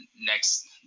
next